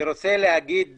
אני רוצה להגיד